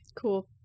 Cool